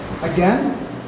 Again